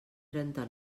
trenta